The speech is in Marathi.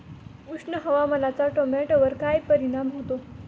उष्ण हवामानाचा टोमॅटोवर काय परिणाम होतो?